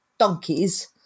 donkeys